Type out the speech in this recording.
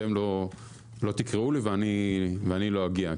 אתם לא תקראו לי, ואני לא אגיע.